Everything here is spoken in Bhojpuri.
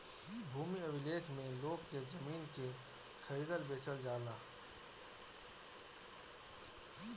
भूमि अभिलेख में लोग के जमीन के खरीदल बेचल जाला